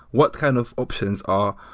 what kind of options are